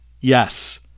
yes